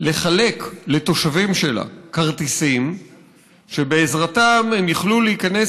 לחלק לתושבים שלה כרטיסים שבעזרתם הם יוכלו להיכנס